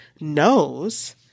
knows